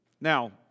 Now